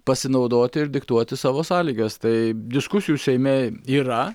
pasinaudoti ir diktuoti savo sąlygas tai diskusijų seime yra